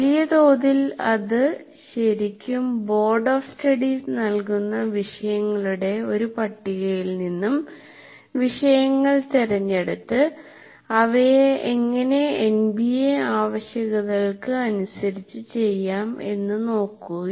വലിയതോതിൽ അത് ശരിക്കും ബോർഡ് ഓഫ് സ്റ്റഡീസ് നൽകുന്ന വിഷയങ്ങളുടെ ഒരു പട്ടികയിൽ നിന്നും വിഷയങ്ങൾ തിരഞ്ഞെടുത്ത് അവയെ എങ്ങിനെ എൻബിഎ ആവശ്യകതകൾക്ക് അനുസരിച്ച് ചെയ്യാം എന്ന് നോക്കുന്നു